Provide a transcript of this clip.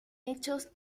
hechos